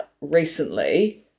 recently